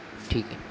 ठीक आहे